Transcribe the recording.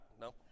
No